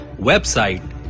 website